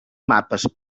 mapes